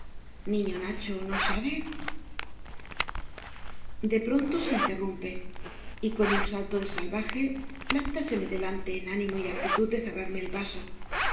niño nacho no sabe de pronto se interrumpe y con un salto de salvaje plántaseme delante en ánimo y actitud de cerrarme el paso